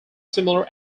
similar